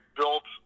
built